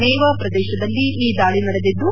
ನೇವಾ ಪ್ರದೇಶದಲ್ಲಿ ಈ ದಾಳಿ ನಡೆದಿದ್ದು